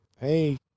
Hey